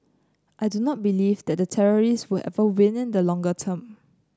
I do not believe that the terrorist will ever win in the longer term